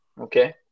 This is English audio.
Okay